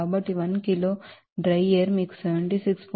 కాబట్టి 1 కిలో పొడి గాలి మీకు 76